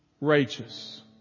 righteous